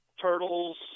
Turtles